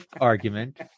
argument